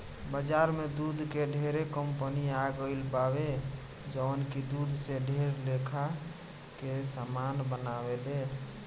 बाजार में दूध के ढेरे कंपनी आ गईल बावे जवन की दूध से ढेर लेखा के सामान बनावेले